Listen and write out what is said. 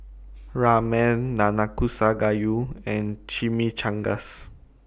Ramen Nanakusa Gayu and Chimichangas